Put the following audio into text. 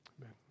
Amen